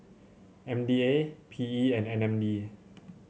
M D A P E and N M D